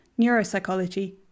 neuropsychology